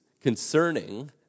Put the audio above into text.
concerning